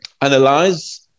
analyze